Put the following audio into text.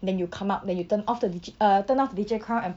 then you come up then you turn off the digital uh turn off digital crown and